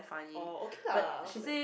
oh okay lah not too bad